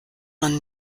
man